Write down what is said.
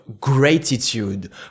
gratitude